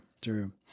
true